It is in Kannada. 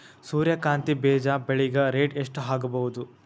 ಸೂರ್ಯ ಕಾಂತಿ ಬೀಜ ಬೆಳಿಗೆ ರೇಟ್ ಎಷ್ಟ ಆಗಬಹುದು?